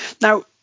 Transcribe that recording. now